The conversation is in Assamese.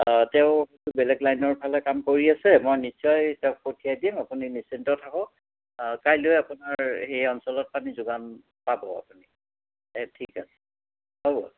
তেওঁ বেলেগ লাইনৰ ফালে কাম কৰি আছে মই নিশ্চয় তেওঁক পঠিয়াই দিম আপুনি নিশ্চিন্ত থাকক আৰু কাইলৈ আপোনাৰ সেই অঞ্চলত পানী যোগান পাব এই ঠিক আছে হ'ব